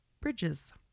bridges